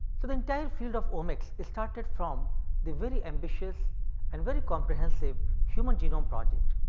so, the entire field of omics is started from the very ambitious and very comprehensive human genome project.